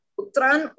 Putran